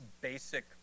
basic